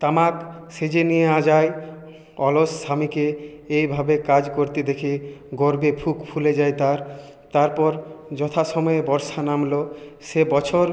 তামাক সেজে নিয়ে আযায় অলস স্বামীকে এইভাবে কাজ করতে দেখে গর্বে বুক ফুলে যায় তার তারপর যথা সময়ে বর্ষা নামলো সে বছর